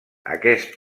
aquest